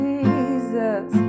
Jesus